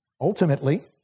ultimately